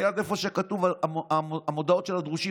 ליד איפה שכתובות המודעות של הדרושים,